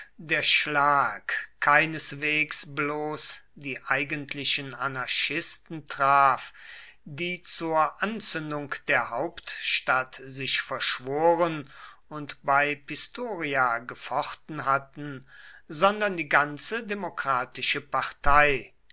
der schlag keineswegs bloß die eigentlichen anarchisten traf die zur anzündung der hauptstadt sich verschworen und bei pistoria gefochten hatten sondern die ganze demokratische partei